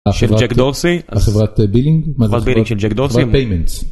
החברת בילינג של ג'ק דורסי